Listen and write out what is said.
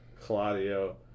Claudio